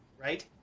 right